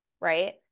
right